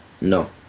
No